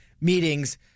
meetings